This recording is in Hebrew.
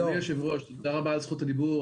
אדוני היושב-ראש, תודה רבה על זכות הדיבור.